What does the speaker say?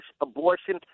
abortion